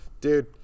dude